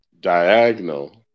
diagonal